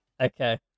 okay